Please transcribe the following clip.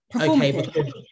okay